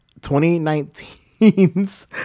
2019's